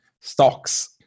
stocks